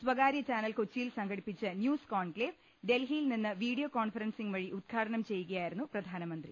സ്വകാര്യ ചാനൽ കൊച്ചിയിൽ സംഘടിപ്പിച്ച ന്യൂസ് കോൺക്ലേവ് ഡൽഹിയിൽ നിന്ന് വീഡിയോ കോൺഫറൻസിങ് വഴി ഉദ്ഘാടനം ചെയ്യുകയായിരുന്നു പ്രധാനമന്ത്രി